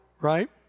Right